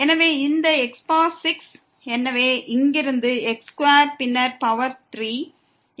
எனவே இந்த x6 எனவே இங்கிருந்தும் x2 பின்னர் பவர் 3